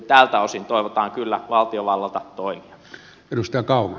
tältä osin toivotaan kyllä valtiovallalta toimia